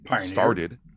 started